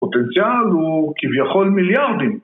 הפוטנציאל הוא כביכול מיליארדים